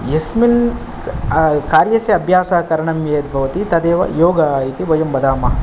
यस्मिन् कार्यस्य अभ्यासः करणं यद् भवति तदेव योग इति वयं वदामः